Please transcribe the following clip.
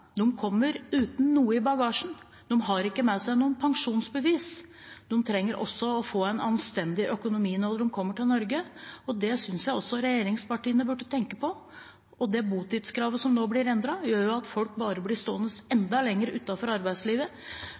– kommer uten noe i bagasjen. De har ikke med seg noe pensjonsbevis og trenger å få en anstendig økonomi når de kommer til Norge. Det synes jeg også regjeringspartiene burde tenke på. Og botidskravet som nå blir endret, gjør at folk bare blir stående enda lenger utenfor arbeidslivet.